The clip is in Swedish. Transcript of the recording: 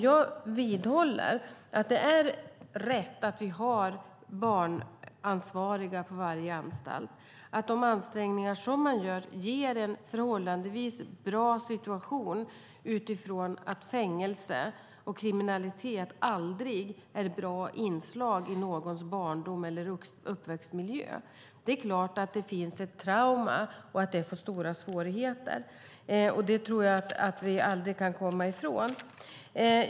Jag vidhåller dock att det är rätt att vi har barnansvariga på varje anstalt. De ansträngningar som görs ger en förhållandevis bra situation sett utifrån att fängelse och kriminalitet aldrig är bra inslag i någons barndom eller uppväxtmiljö. Det är klart att det finns ett trauma och att det blir stora svårigheter. Det kan vi nog aldrig komma ifrån.